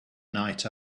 night